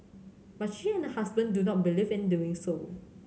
but she and her husband do not believe in doing so